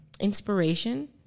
inspiration